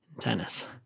tennis